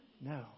No